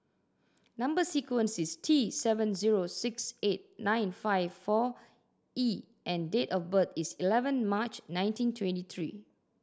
number sequence is T seven zero six eight nine five four E and date of birth is eleven March nineteen twenty three